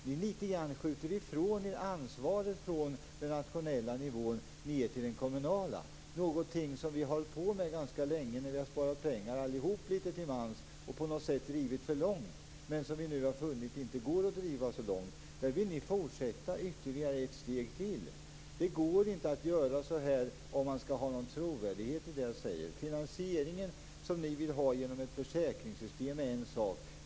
Ni skjuter litet grand ifrån er ansvaret på den nationella nivån ned till den kommunala. Det är någonting som vi litet till mans har hållit på med ganska länge när vi har sparat pengar och som vi har drivit litet för långt. Vi har nu funnit att det inte går att driva det så långt, men ni vill fortsätta ytterligare ett steg. Det går inte att göra så här, om man skall ha någon trovärdighet. Finansieringen, som ni vill ha genom ett försäkringssystem, är en sak.